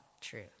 true